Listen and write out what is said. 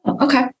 Okay